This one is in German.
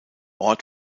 ort